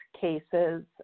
cases